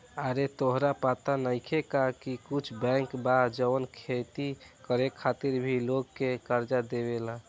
आरे तोहरा पाता नइखे का की कुछ बैंक बा जवन खेती करे खातिर भी लोग के कर्जा देवेला